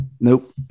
Nope